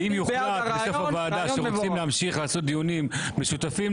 ואם יוחלט בסוף הדיון שרוצים להמשיך לקיים דיונים משותפים,